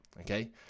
okay